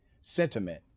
sentiment